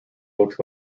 looks